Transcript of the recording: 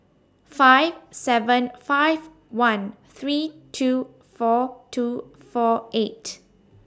five seven five one three two four two four eight